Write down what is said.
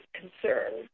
concern